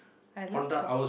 I love